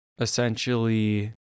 essentially